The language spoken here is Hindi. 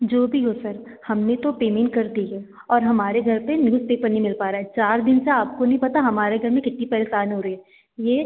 जो भी हो सर हमने तो पेमेंट कर दी है और हमारे घर पर न्यूज़पेपर नहीं मिल पा रहा है चार दिन से आपको नहीं पता हमारे घर में कितनी परेशान हो रही यह